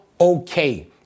okay